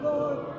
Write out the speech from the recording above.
Lord